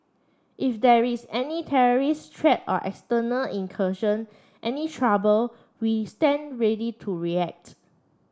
if there is any terrorist threat or external incursion any trouble we stand ready to react